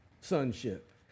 sonship